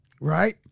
Right